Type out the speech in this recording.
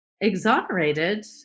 exonerated